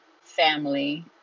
family